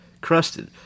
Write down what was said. crusted